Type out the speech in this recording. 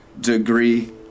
degree